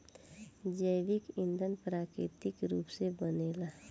जैविक ईधन प्राकृतिक रूप से बनेला